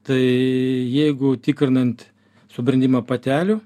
tai jeigu tikrinant subrendimą patelių